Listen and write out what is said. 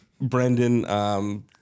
Brendan